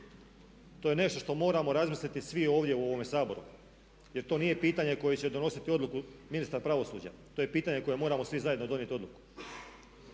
To je nešto što moramo razmisliti svi ovdje u ovome Saboru jer to nije pitanje koje će donositi odluku ministar pravosuđa, to je pitanje koje moramo svi zajedno donijeti odluku.